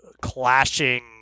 clashing